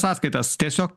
sąskaitas tiesiog